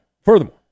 furthermore